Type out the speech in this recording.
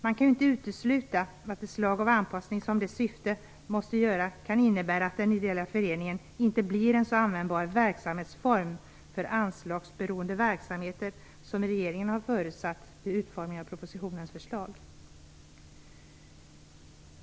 Man kan inte utesluta att det slag av anpassningar som i det syftet måste göras kan innebära att den ideella föreningen inte blir en så användbar verksamhetsform för anslagsberoende verksamheter som regeringen har förutsatt vid utformningen av propositionens förslag.